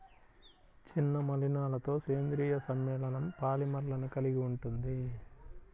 చిన్న మలినాలతోసేంద్రీయ సమ్మేళనంపాలిమర్లను కలిగి ఉంటుంది